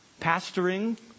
Pastoring